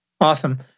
Awesome